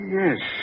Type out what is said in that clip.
yes